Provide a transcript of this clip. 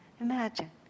Imagine